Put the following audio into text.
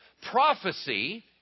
Prophecy